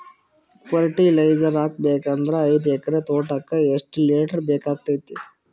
Fertiliser ಹಾಕಬೇಕು ಅಂದ್ರ ಐದು ಎಕರೆ ತೋಟಕ ಎಷ್ಟ ಲೀಟರ್ ಬೇಕಾಗತೈತಿ?